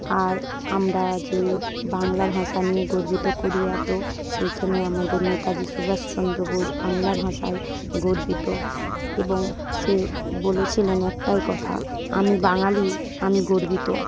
আর আমরা যে বাংলা ভাষা নিয়ে গর্বিত করি এত সেইখানে আমাদের নেতাজি সুভাষচন্দ্র বোস বাংলা ভাষায় গর্বিত এবং সে বলেছিলেন একটাই কথা আমি বাঙালি আমি গর্বিত